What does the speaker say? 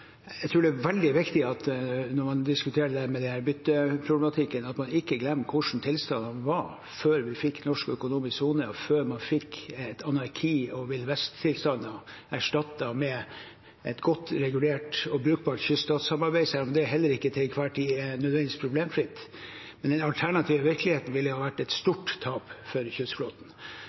er veldig viktig at man ikke glemmer hvordan tilstandene var før vi fikk norsk økonomisk sone, og før man fikk anarki og vill-vest-tilstander erstattet med et godt regulert og brukbart kyststatssamarbeid, selv om det heller ikke til enhver tid nødvendigvis er problemfritt. Men den alternative virkeligheten ville ha vært et stort tap for kystflåten.